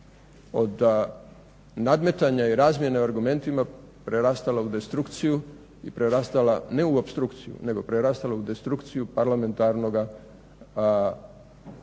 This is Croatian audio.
od nadmetanja i razmjene u argumentima prerastala u destrukciju i prerastala ne u opstrukciju, nego prerastala u destrukciju parlamentarnoga